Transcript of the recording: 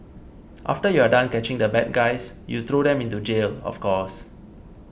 after you are done catching the bad guys you throw them into jail of course